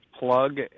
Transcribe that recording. plug